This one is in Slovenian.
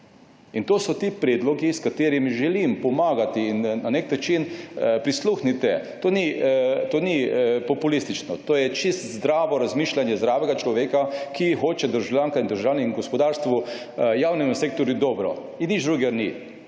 To so ti predlogi, s katerimi želim pomagati in na nek način prisluhnite. To ni populistično, to je povsem zdravo razmišljanje zdravega človeka, ki hoče državljankam in državljanom ter gospodarstvu in javnemu sektorju dobro. Nič drugega ni.